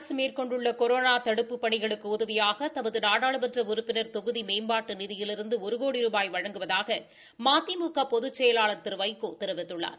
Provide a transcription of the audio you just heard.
அரசு மேற்கொண்டுள்ள கொரோனா தடுப்புப் பணிகளுக்கு உதவியாக தமது நாடாளுமன்ற உறுப்பினர் தொகுதி மேம்பாட்டு நிதியிலிருந்து ஒரு கோடி ரூபாய் வழங்குவதாக மதிமுக பொதுச்செயலாளர் திரு வைகோ தெரிவித்துள்ளார்